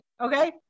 okay